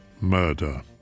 murder